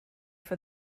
for